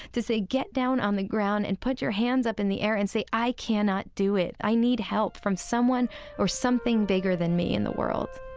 to say get down on the ground and put your hands up in the air and say, i cannot do it. i need help from someone or something bigger than me in the world